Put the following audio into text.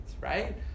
right